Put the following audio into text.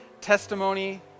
testimony